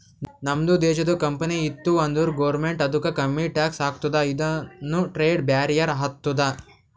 ನಮ್ದು ದೇಶದು ಕಂಪನಿ ಇತ್ತು ಅಂದುರ್ ಗೌರ್ಮೆಂಟ್ ಅದುಕ್ಕ ಕಮ್ಮಿ ಟ್ಯಾಕ್ಸ್ ಹಾಕ್ತುದ ಇದುನು ಟ್ರೇಡ್ ಬ್ಯಾರಿಯರ್ ಆತ್ತುದ